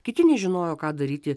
kiti nežinojo ką daryti